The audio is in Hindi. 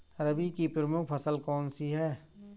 रबी की प्रमुख फसल कौन सी है?